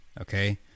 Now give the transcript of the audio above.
Okay